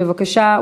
בבקשה,